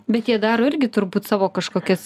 bet jie daro irgi turbūt savo kažkokias